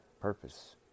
purpose